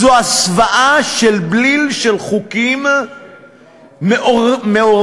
זו הסוואה של בליל חוקים מעורבים,